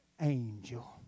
angel